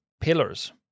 pillars